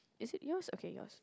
is it yours okay yours